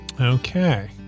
Okay